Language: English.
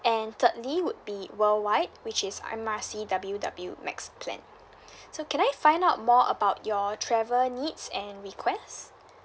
and thirdly would be worldwide which is M R C W W max plan so can I find out more about your travel needs and request